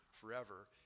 forever